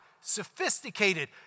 sophisticated